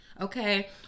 Okay